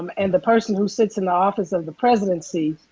um and the person who sits in the office of the presidency